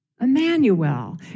Emmanuel